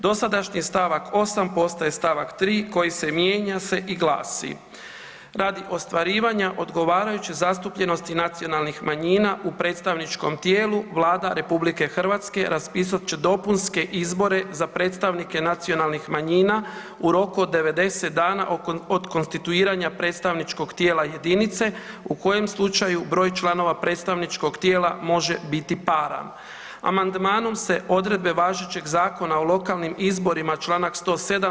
Dosadašnji stavak 8. postaje stavak 3. koji se mijenja i glasi: „Radi ostvarivanja odgovarajuće zastupljenosti nacionalnih manjina u predstavničkom tijelu Vlada Republike Hrvatske raspisat će dopunske izbore za predstavnike nacionalnih manjina u roku od 90 dana od konstituiranja predstavničkog tijela jedinice u kojem slučaju broj članova predstavničkog tijela može biti paran.“ Amandmanom se odredbe važećeg Zakona o lokalnim izborima članak 107.